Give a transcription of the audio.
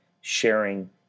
sharing